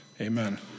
Amen